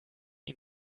ihn